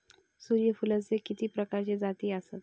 सूर्यफूलाचे किती प्रकारचे जाती आसत?